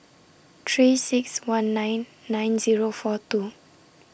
three six one nine nine Zero four two